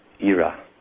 era